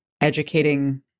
educating